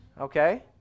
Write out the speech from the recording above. okay